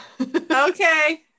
Okay